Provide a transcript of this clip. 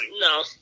No